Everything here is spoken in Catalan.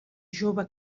jove